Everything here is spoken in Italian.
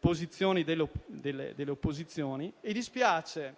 posizioni delle opposizioni e dispiace